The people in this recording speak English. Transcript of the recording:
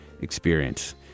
experience